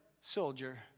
soldier